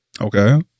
Okay